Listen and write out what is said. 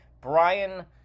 Brian